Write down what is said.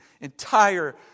entire